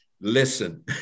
listen